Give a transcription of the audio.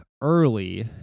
early